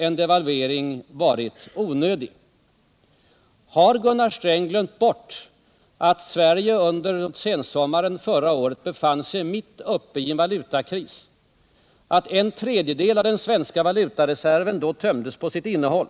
Men har Gunnar Sträng glömt bort att Sverige under sensommaren förra året befann sig mitt uppe i en valutakris och att den svenska valutareserven då tömdes på en tredjedel av sitt innehåll?